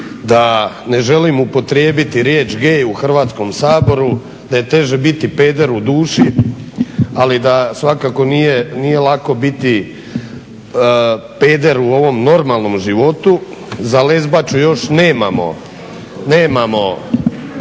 da ne želim upotrijebiti riječ gay u Hrvatskom saboru, da je teže biti peder u duši, ali da svakako nije lako biti peder u ovom normalnom životu. Za lezbaču još nemamo hrvatski